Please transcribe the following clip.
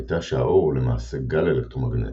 הייתה שהאור הוא למעשה גל אלקטרומגנטי,